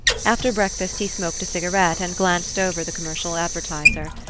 after breakfast he smoked a cigarette and glanced over the commercial advertiser.